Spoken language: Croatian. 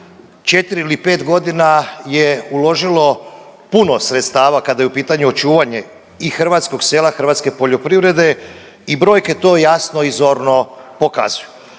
četri ili pet godina je uložilo puno sredstava kada je u pitanju očuvanje i hrvatskog sela, hrvatske poljoprivrede i brojke to jasno i zorno pokazuju.